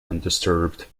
undisturbed